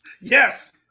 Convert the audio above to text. yes